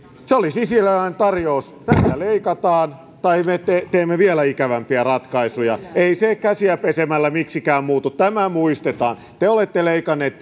se oli sisilialainen tarjous näistä leikataan tai me teemme vielä ikävämpiä ratkaisuja ei se käsiä pesemällä miksikään muutu tämä muistetaan te olette leikanneet